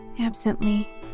absently